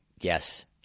Yes